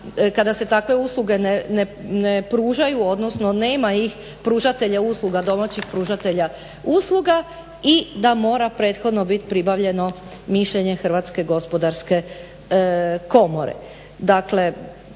kada se takve usluge ne pružaju odnosno nema ih pružatelja usluga, domaćih pružatelja usluga i da mora prethodno biti pribavljeno mišljenje HGK-a. dakle ne